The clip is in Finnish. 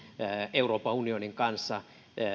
euroopan unionin kanssa